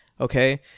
Okay